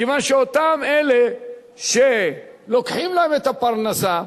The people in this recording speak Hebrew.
כיוון שאלה שלוקחים להם את הפרנסה,